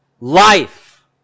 Life